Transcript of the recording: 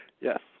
Yes